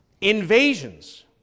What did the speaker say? invasions